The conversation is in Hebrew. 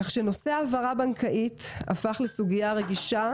נושא העברה בנקאית הפך לסוגיה רגישה,